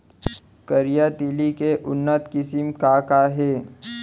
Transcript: करिया तिलि के उन्नत किसिम का का हे?